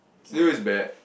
serious bet